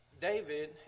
David